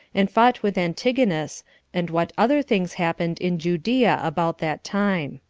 and fought with antigonus and what other things happened in judea about that time.